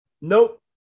nope